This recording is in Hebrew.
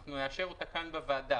אנחנו נאשר אותה כאן בוועדה,